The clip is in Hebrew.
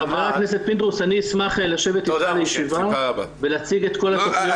--- ח"כ פינדרוס אשמח לשבת איתך לישיבה ולהציג את כל התכניות.